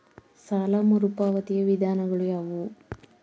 ಸಾಲ ಮರುಪಾವತಿಯ ವಿಧಾನಗಳು ಯಾವುವು?